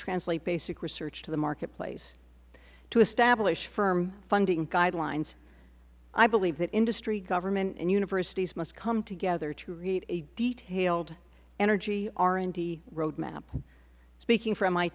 translate basic research to the marketplace to establish firm funding guidelines i believe that industry government and universities must come together to create a detailed energy r and d roadmap speaking f